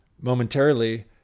momentarily